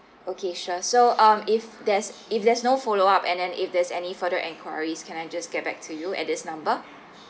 okay sure so um if there's if there's no follow up and then if there's any further inquiries can I just get back to you at this number